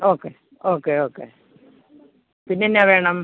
okay okay okay പിന്നെന്നാ വേണം